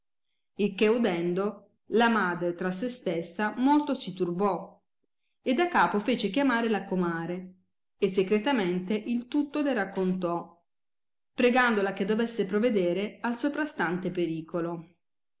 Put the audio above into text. il che udendo la madre tra se stessa molto si turbò e da capo fece chiamare la comare e secretamente il tutto le raccontò pregandola che dovesse provedere al soprastante pericolo